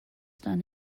done